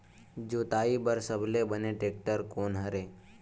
जोताई बर सबले बने टेक्टर कोन हरे?